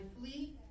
flee